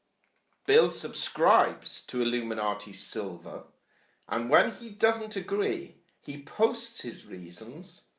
bill subscribes to illuminati silver and when he doesn't agree he posts his reasons,